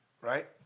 Right